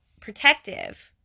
protective